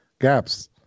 gaps